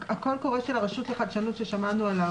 הקול קורא של הרשות לחדשנות ששמענו עליו,